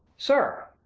sir!